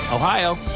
Ohio